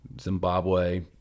Zimbabwe